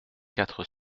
quatre